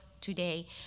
today